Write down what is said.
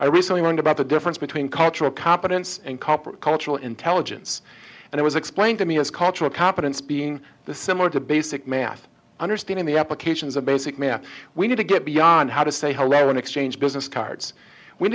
i recently learned about the difference between cultural competence and copper cultural intelligence and it was explained to me as cultural competence being the similar to basic math understanding the applications of basic math we need to get beyond how to say how an exchange business cards when